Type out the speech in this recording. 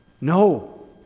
No